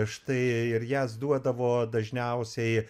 štai ir jas duodavo dažniausiai